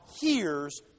hears